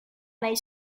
nahi